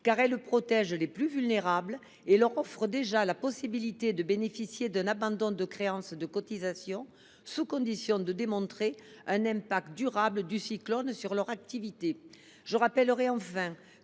car elle protège les plus vulnérables et leur offre déjà la possibilité de bénéficier d’un abandon de créances de cotisations, à la condition de démontrer l’impact durable du cyclone sur leur activité. Enfin,